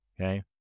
Okay